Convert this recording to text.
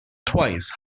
twice